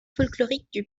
folkloriques